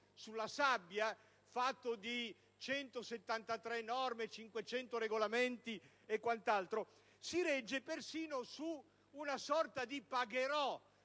sulla sabbia, fatto di 173 norme, 500 regolamenti e quant'altro, si regge persino su una sorta di pagherò,